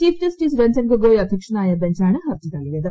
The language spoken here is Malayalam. ചീഫ് ജസ്റ്റിസ് രഞ്ജൻ ഗൊഗോയ് അധ്യക്ഷനായ ബഞ്ചാണ് ഹർജി തള്ളിയത്